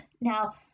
now